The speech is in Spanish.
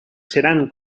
serán